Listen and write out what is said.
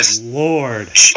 Lord